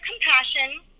compassion